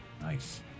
Nice